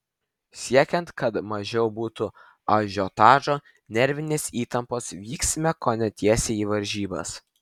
siekiant kad mažiau būtų ažiotažo nervinės įtampos vyksime kone tiesiai į varžybas